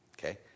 okay